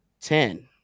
ten